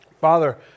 Father